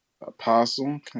Apostle